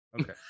Okay